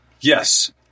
yes